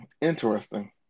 Interesting